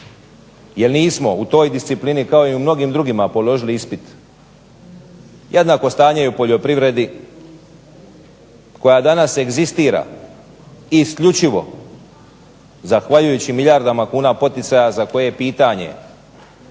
jer nismo u toj disciplini kao i u mnogim drugima položili ispit. Jednako stanje je i u poljoprivredi koja danas egzistira i isključivo zahvaljujući milijardama kuna poticaja za koje je pitanje